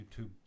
YouTube